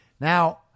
Now